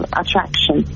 attraction